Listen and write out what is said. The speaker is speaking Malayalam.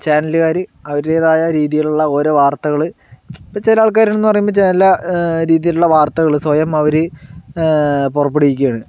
ചാനലുകാര് അവരുടേതായ രീതിയിലുള്ള ഓരോ വാർത്തകള് ഇപ്പോൾ ചില ആൾക്കാർ എന്ന് പറയുമ്പോൾ ചില രീതിയിലുള്ള വാർത്തകള് സ്വയം അവര് പുറപ്പെടുവിക്കുകയാണ്